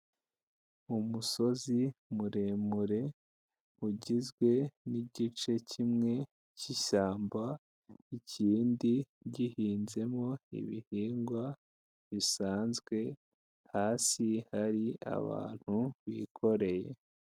Umusozi muremure ugizwe nigice kimwe cy'ishyamba ikindi gihinzemo ibihingwa bisanzwe, hasi hari abantu bikoreye.